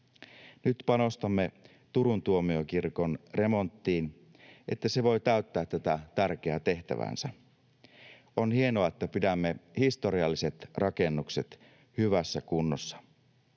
Nyt panostamme Turun tuomiokirkon remonttiin, että se voi täyttää tätä tärkeää tehtäväänsä. On hienoa, että pidämme historialliset rakennukset hyvässä kunnossa.